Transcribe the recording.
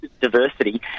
Diversity